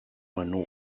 menú